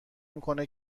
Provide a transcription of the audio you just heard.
میکنه